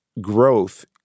growth